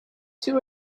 two